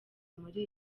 muri